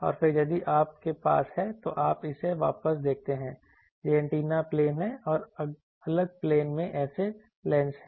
और फिर यदि आपके पास है तो आप इसे वापस देखते हैं यह एंटीना प्लेन है और एक अलग प्लेन में एक लेंस है